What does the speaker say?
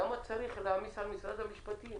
למה צריך להעמיס על משרד המשפטים